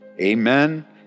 Amen